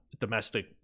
domestic